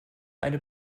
eine